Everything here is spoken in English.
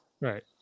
Right